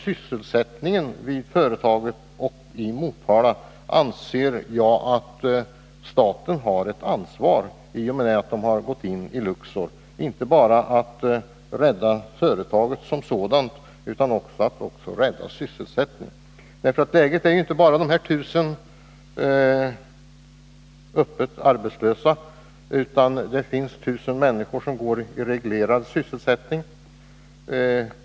Staten har i och med att man har gått in i Luxor ett ansvar inte bara för att rädda sysselsättningen i företaget som sådant utan också för att rädda sysselsättningen i Motala. Läget i Motala är att utöver de 1 000 personer som är öppet arbetslösa finns 1000 personer i reglerad sysselsättning.